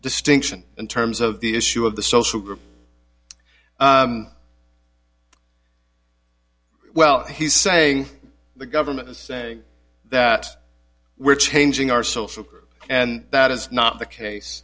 distinction in terms of the issue of the social group well he's saying the government is saying that we're changing our social and that is not the case